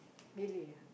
really ah